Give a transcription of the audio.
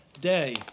day